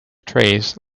trays